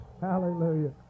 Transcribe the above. Hallelujah